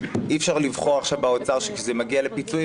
אי אפשר לבחור עכשיו באוצר שכאשר זה מגיע לפיצויים,